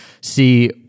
see